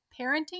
parenting